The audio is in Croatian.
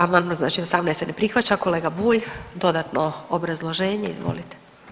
Amandman znači 18. se ne prihvaća, kolega Bulj dodatno obrazloženje izvolite.